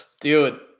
dude